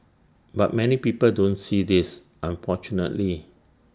but many people don't see this unfortunately